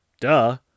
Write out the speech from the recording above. Duh